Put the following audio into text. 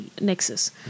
nexus